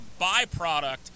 byproduct